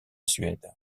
suède